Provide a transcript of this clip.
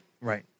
Right